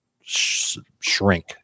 shrink